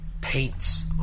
paints